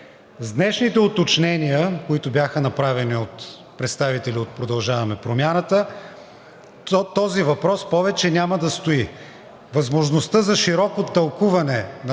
С днешните уточнения, които бяха направени от представители на „Продължаваме Промяната“, този въпрос повече няма да стои. Възможността за широко тълкуване на